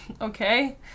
Okay